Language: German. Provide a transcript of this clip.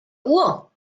uhr